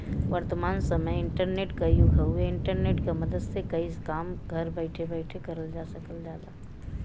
वर्तमान समय इंटरनेट क युग हउवे इंटरनेट क मदद से कई काम घर बैठे बैठे करल जा सकल जाला